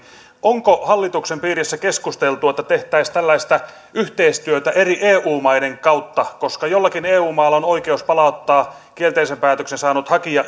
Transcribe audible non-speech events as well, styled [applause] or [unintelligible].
onko hallituksen piirissä keskusteltu että tehtäisiin tällaista yhteistyötä eri eu maiden kanssa koska joillakin eu mailla on oikeus palauttaa kielteisen päätöksen saanut hakija [unintelligible]